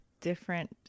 different